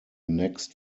next